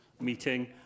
meeting